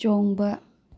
ꯆꯣꯡꯕ